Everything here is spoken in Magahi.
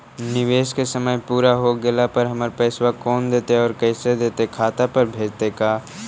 निवेश के समय पुरा हो गेला पर हमर पैसबा कोन देतै और कैसे देतै खाता पर भेजतै का?